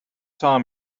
time